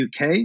UK